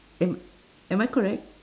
am am I correct